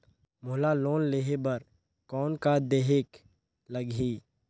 मोला लोन लेहे बर कौन का देहेक लगही?